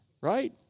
right